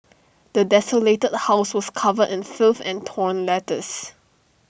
the desolated house was covered in filth and torn letters